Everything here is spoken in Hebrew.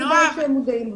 מודעים להם.